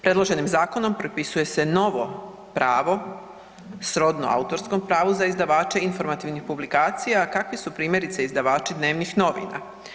Predloženim zakonom propisuje se novo pravo srodno autorskom pravu za izdavače informativnih publikacija, a kakvi su primjerice izdavači dnevnih novina.